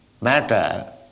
matter